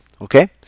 Okay